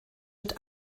mit